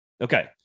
Okay